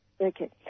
Okay